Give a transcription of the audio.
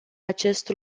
acest